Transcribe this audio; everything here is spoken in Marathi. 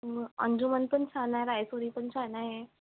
मग अंजुमन पण छान आहे रायसोनी पण छान आहे